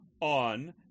on